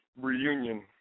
reunion